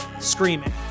screaming